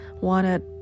wanted